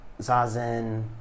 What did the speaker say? zazen